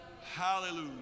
Hallelujah